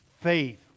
faith